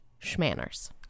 schmanners